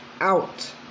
out